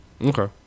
Okay